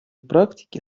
практики